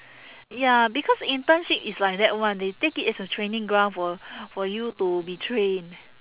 ya because internship it's like that [one] they take it as a training ground for for you to be trained